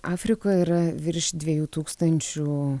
afrikoj yra virš dviejų tūkstančių